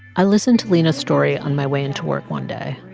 i listened to lina's story on my way into work one day.